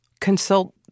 consult